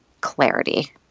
clarity